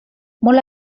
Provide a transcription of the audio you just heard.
molt